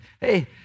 hey